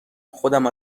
خودم